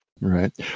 right